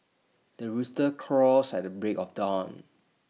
the rooster crows at the break of dawn